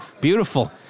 Beautiful